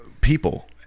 people